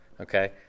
okay